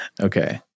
Okay